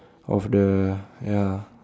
of the ya